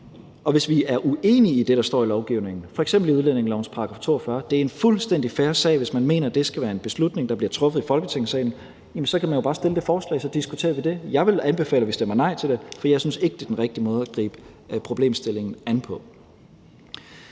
Og hvis vi er uenige i det, der står i lovgivningen, f.eks. udlændingelovens § 42, så er det en fuldstændig fair sag. Altså, hvis man mener, det skal være en beslutning, der bliver truffet i Folketingssalen, så kan man jo bare fremsætte det forslag, og så diskuterer vi det. Jeg vil anbefale, at vi stemmer nej til det, for jeg synes ikke, det er den rigtige måde at gribe problemstillingen an på.